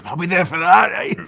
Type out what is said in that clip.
ah i'll be there for that, aye.